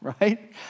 right